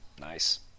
nice